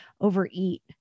overeat